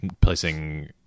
placing